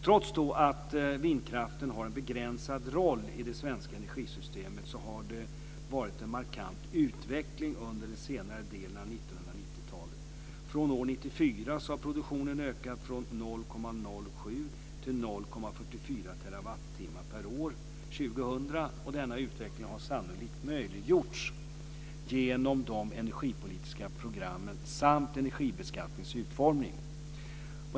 Trots att vindkraften har en begränsad roll i det svenska energisystemet har det varit en markant utveckling under senare delen av 90-talet. Från år 1994 till år 2000 har produktionen ökat från 0,07 till 0,44 terawattimmar per år. Denna utveckling har sannolikt möjliggjorts genom de energipolitiska programmen samt energibeskattningens utformning.